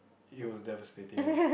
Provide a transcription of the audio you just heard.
it was devastating